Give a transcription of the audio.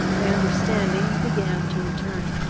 my understanding began to return.